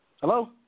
Hello